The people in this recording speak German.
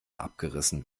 abgerissen